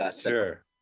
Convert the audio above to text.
Sure